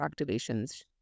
activations